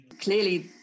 Clearly